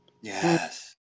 Yes